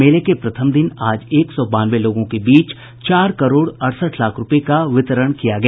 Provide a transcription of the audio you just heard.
मेले के प्रथम दिन आज एक सौ बानवे लोगों के बीच चार करोड़ अड़सठ लाख रूपये का वितरण किया गया